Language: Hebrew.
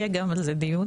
יהיה גם על זה דיון.